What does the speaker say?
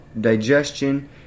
digestion